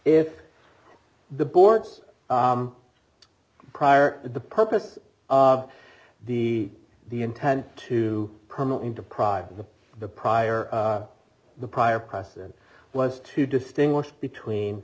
if the board's prior the purpose of the the intent to permanently deprive the the prior the prior precedent was to distinguish between